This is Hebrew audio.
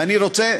ואני רוצה,